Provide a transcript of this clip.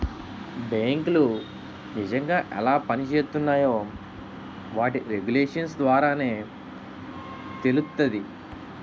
బేంకులు నిజంగా ఎలా పనిజేత్తున్నాయో వాటి రెగ్యులేషన్స్ ద్వారానే తెలుత్తాది